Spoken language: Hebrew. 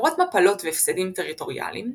למרות מפלות והפסדים טריטוריאליים,